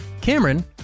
Cameron